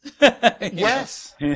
Yes